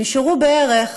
נשארו בערך